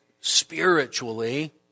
spiritually